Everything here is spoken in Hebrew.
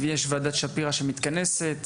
יש ועדת שפירא שמתכנסת,